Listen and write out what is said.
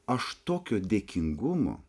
aš tokio dėkingumo